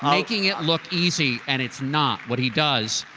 making it look easy and it's not, what he does,